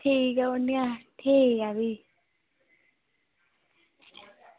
ठीक ऐ औन्ने आं ठीक ऐ फ्ही